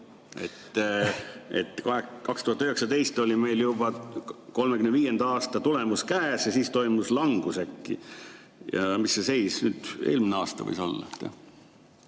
aastal oli meil 2035. aasta tulemus käes ja siis äkki toimus langus. Ja mis see seis nüüd eelmine aasta võis olla?